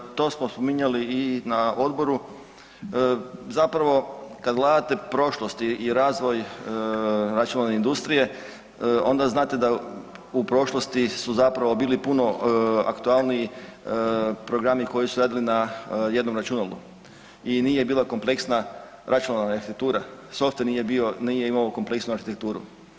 Da, to smo spominjali i na odboru, zapravo kad gledate prošlost i razvoj računalne industrije, onda znate da u prošlosti su zapravo bili puno aktualniji programi koji su radili na jednom računalu i nije bila kompleksna računalna arhitektura, softver nije imao kompleksnu arhitekturu.